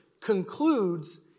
concludes